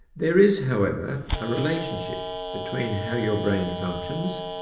there is, however, a relationship between how your brain functions,